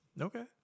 Okay